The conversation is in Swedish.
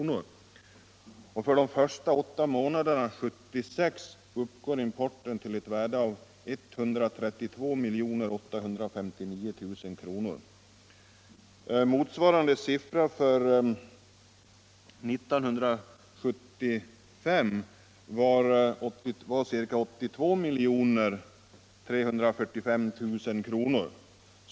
För de åtta första månderna 1976 uppgår importen — Nr 27 till ett värde av 132859 000 kr. Motsvarande siffra för 1975 var ca Tisdagen den 82 345 000 kr.